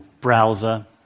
browser